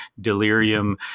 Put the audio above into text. delirium